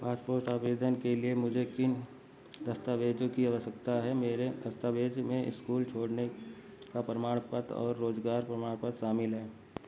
passport आवेदन के लिए मुझे किन दस्तावेज़ों की आवश्यकता है मेरे दस्तावेज़ में इस्कूल छोड़ने का प्रमाणपत्र और रोज़गार प्रमाणपत्र शामिल है